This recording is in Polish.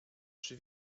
czy